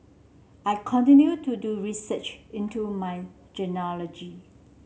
I continue to do research into my genealogy